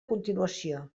continuació